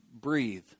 breathe